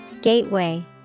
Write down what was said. Gateway